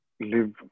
live